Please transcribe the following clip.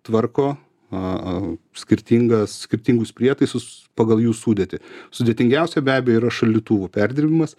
tvarko a a skirtingas skirtingus prietaisus pagal jų sudėtį sudėtingiausio be abejo yra šaldytuvų perdirbimas